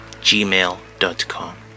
gmail.com